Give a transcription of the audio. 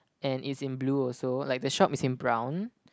and it's in blue also like the shop is in brown